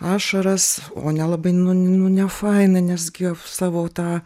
ašaras o ne labai nu nefaina nes gi savo tą